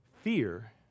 Fear